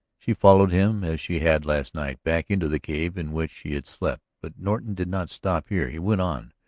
she followed him as she had, last night, back into the cave in which she had slept. but norton did not stop here. he went on,